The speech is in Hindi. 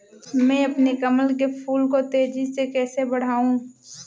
मैं अपने कमल के फूल को तेजी से कैसे बढाऊं?